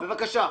בבקשה.